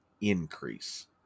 increase